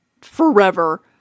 forever